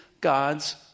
God's